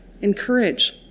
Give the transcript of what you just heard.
encourage